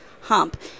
hump